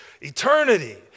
eternity